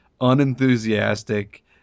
unenthusiastic